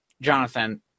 Jonathan